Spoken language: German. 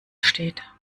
steht